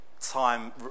time